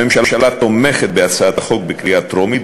הממשלה תומכת בהצעת החוק בקריאה הטרומית,